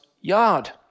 yard